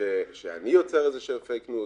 שאני יוצר איזה שהוא פייק ניוז,